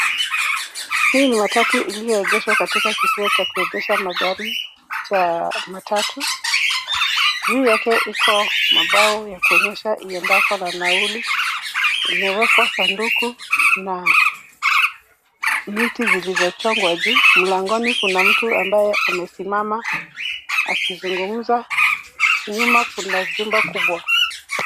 Hii ni matatu iliyoegeshwa katika kituo cha kuegesha magari cha matatu. Juu yake iko mabao ya kuonyesha iendako na nauli, imewekwa sanduku na miti zilizochongwa juu. Mlangoni kuna mtu ambaye amesimama akizungumza. Nyuma kuna jumba kubwa.